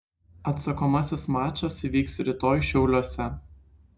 atsakomasis mačas įvyks rytoj šiauliuose